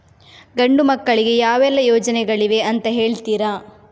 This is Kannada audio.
ಗಂಡು ಮಕ್ಕಳಿಗೆ ಯಾವೆಲ್ಲಾ ಯೋಜನೆಗಳಿವೆ ಅಂತ ಹೇಳ್ತೀರಾ?